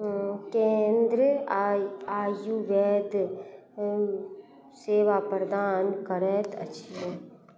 केंद्र आयुर्वेद सेवा प्रदान करैत अछि